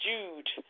Jude